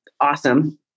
awesome